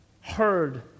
heard